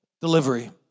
delivery